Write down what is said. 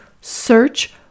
search